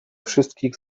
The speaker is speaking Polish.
wszystkich